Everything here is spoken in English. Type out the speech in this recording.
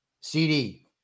CD